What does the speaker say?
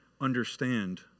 understand